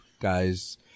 guys